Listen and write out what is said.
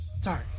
Sorry